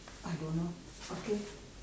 I don't know okay